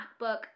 MacBook